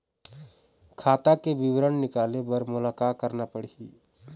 खाता के विवरण निकाले बर मोला का करना पड़ही?